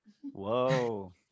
Whoa